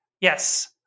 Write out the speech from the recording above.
Yes